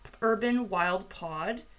urbanwildpod